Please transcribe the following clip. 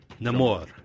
Namor